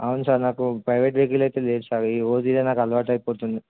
అవును సార్ నాకు private vehicle అయితే లేదు సార్ రోజు ఇదే నాకు అలవాటు అయిపోతుంది